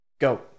Go